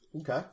Okay